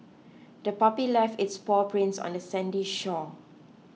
the puppy left its paw prints on the sandy shore